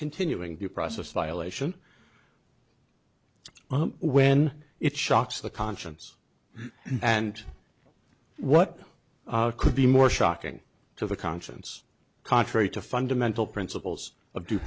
continuing due process violation when it shocks the conscience and what could be more shocking to the conscience contrary to fundamental principles of due